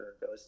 goes